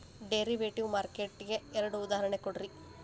derivative market ಗೆ ಎರಡ್ ಉದಾಹರ್ಣಿ ಕೊಡ್ರಿ